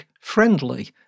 friendly